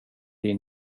din